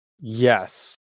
Yes